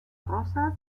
rozas